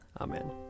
Amen